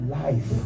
life